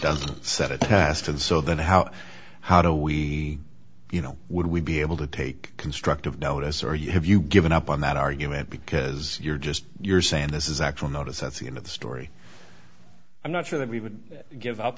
doesn't set a test and so then how how do we you know would we be able to take constructive notice are you have you given up on that argument because you're just you're saying this is actual notice at the end of the story i'm not sure that we would give up